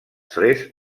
tres